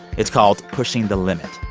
it's called pushing the limit.